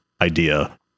idea